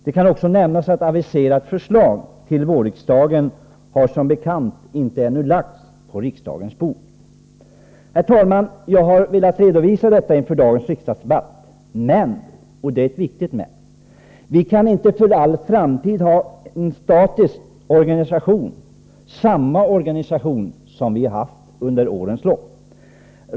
Det kan också nämnas att aviserat förslag till vårriksdagen som bekant ännu inte har lagts på riksdagens bord. Jag har velat redovisa detta inför dagens riksdagsdebatt. Men — och det är ett viktigt men — vi kan inte för all framtid ha en statisk organisation, samma organisation som vi har haft under årens lopp.